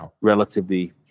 relatively